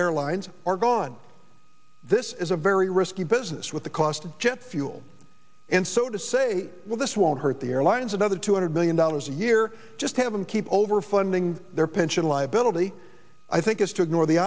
airlines are gone this is a very risky business with the cost of jet fuel and so to say well this won't hurt the airlines another two hundred million dollars a year just to have them keep over funding their pension liability i think is to ignore the